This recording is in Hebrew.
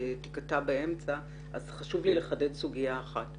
שתיקטע באמצע אז חשוב לי לחדד סוגיה אחת: